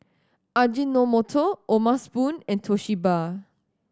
Ajinomoto O'ma Spoon and Toshiba